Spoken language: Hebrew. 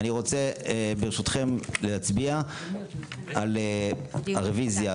אני רוצה ברשותכם להצביע על רוויזיה,